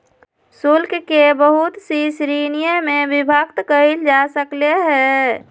शुल्क के बहुत सी श्रीणिय में विभक्त कइल जा सकले है